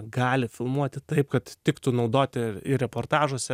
gali filmuoti taip kad tiktų naudoti ir reportažuose